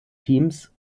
teams